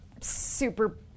super